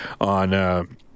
On